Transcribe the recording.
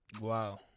Wow